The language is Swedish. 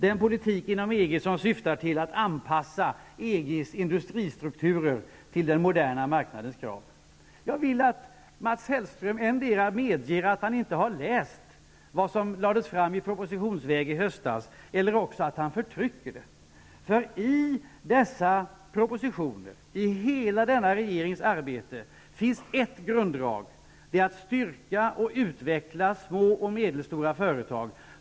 Denna politik inom EG syftar till att anpassa EG:s industristruktur till den moderna marknadens krav. Jag vill att Mats Hellström endera medger att han inte har läst vad som lades fram i propositionsväg i höstas eller också att han förtrycker det. I dessa propositioner och i hela regeringens arbete finns ett grunddrag. Det är att stärka och utveckla små och medelstora företag.